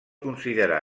considerar